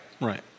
Right